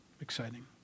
exciting